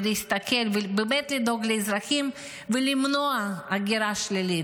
לדאוג לאזרחים ולמנוע הגירה שלילית,